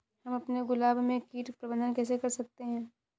हम अपने गुलाब में कीट प्रबंधन कैसे कर सकते है?